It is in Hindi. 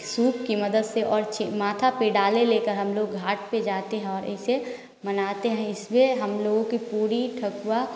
सूप की मदद से और माथा पे डाले ले के हम लोग घाट पे जाते हैं और इसे मनाते हैं इसमें हम लोगों की पूरी ठकुवा